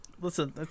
listen